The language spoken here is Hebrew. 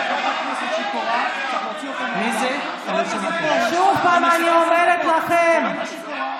שוב אני אומרת לכם,